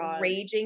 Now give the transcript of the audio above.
raging